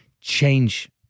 change